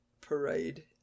parade